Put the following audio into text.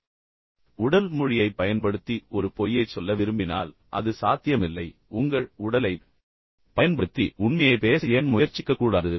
எனவே உங்கள் உடல் மொழியைப் பயன்படுத்தி ஒரு பொய்யைச் சொல்ல விரும்பினால் அது சாத்தியமில்லை எனவே உங்கள் உடலைப் பயன்படுத்தி உண்மையைப் பேச ஏன் முயற்சிக்கக்கூடாது